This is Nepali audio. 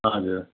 हजुर